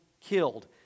killed